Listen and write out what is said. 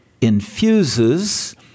infuses